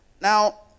Now